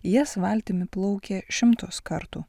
jas valtimi plaukė šimtus kartų